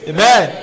Amen